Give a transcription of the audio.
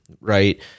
right